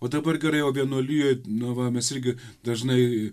o dabar gerai o vienuolijoj nu va mes irgi dažnai